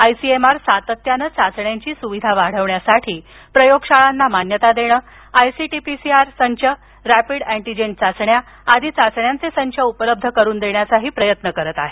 ICMR सातत्यानं चाचण्यांची सुविधा वाढवण्यासाठी प्रयोगशाळाना परवानगी देणे आरटी पीसीआर संच रॅपिड अँटीजेन चाचण्या आदी चाचण्यांचे संच उपलब्ध करून देण्याचा प्रयत्न करत आहे